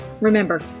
Remember